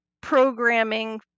programming